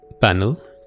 panel